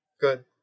Good